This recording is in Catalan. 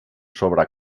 sobre